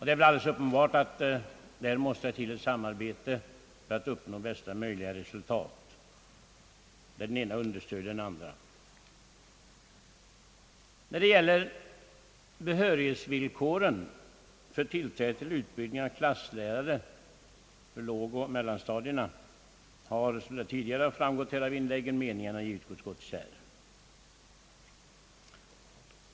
Det är alldeles uppenbart att här måste ett samarbete till för att uppnå bästa möjliga resultat. Den ena måste understödja den andra. När det gäller behörighetsvillkoren för tillträde till utbildning av klasslärare för lågoch mellanstadierna har — som tidigare framgått av inläggen här — meningarna i utskottet gått isär.